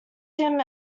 him